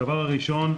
הדבר הראשון,